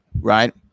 right